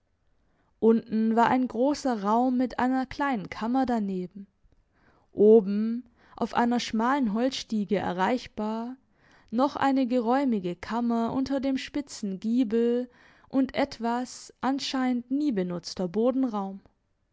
unten war ein grosser raum mit einer kleinen kammer daneben oben auf einer schmalen holzstiege erreichbar noch eine geräumige kammer unter dem spitzen giebel und etwas anscheinend nie benutzter